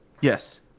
Yes